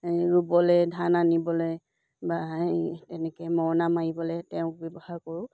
ৰুবলৈ ধান আনিবলৈ বা তেনেকৈ মৰণা মাৰিবলৈ তেওঁক ব্যৱহাৰ কৰোঁ